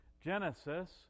Genesis